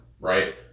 right